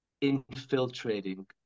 infiltrating